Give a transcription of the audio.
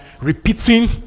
repeating